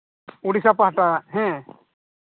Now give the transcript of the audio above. ᱩᱲᱤᱥᱥᱟ ᱯᱟᱦᱴᱟ ᱦᱮᱸ